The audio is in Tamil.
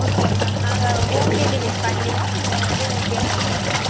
ஓகேங்க மேம் நாங்கள் ஹோம் டெலிவரி பண்ணிடுறோம் நீங்கள் வந்து பேமெண்ட்டு பண்ணிடலாம்